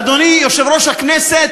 אדוני יושב-ראש הכנסת,